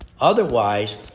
Otherwise